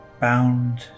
bound